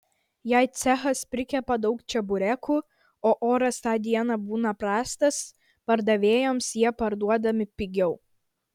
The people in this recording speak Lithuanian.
jei cechas prikepa daug čeburekų o oras tą dieną būna prastas pardavėjams jie parduodami pigiau